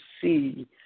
see